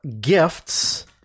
gifts